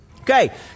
Okay